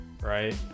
right